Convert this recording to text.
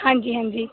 हां जी हां जी